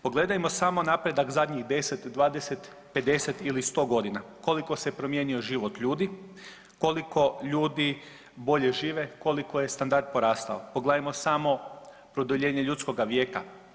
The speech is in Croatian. Pogledajmo samo napredak zadnjih 10, 20, 50 ili 100 godina koliko se promijenio život ljudi, koliko ljudi bolje žive, koliko je standard porastao, pogledajmo samo produljenje ljudskoga vijeka.